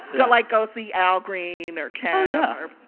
but like, go see al green or kem or,